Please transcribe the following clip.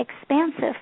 expansive